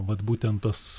vat būtent tas